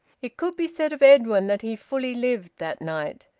it could be said of edwin that he fully lived that night.